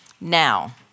Now